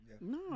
No